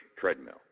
treadmill